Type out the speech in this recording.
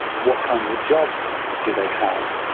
what kind of a job do they have?